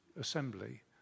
assembly